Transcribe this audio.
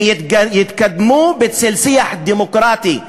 הם יתקדמו בצל שיח דמוקרטי פלורליסטי.